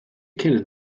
kennen